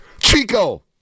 Chico